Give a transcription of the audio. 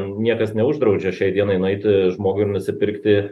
niekas neuždraudžia šiai dienai nueiti žmogui ir nusipirkti